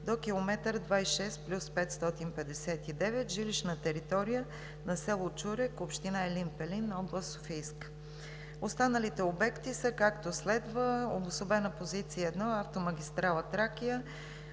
до км 26+559, жилищна територия на с. Чурек, община Елин Пелин, област Софийска. Останалите обекти са както следва: Обособена позиция № 1: автомагистрала „Тракия“